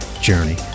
journey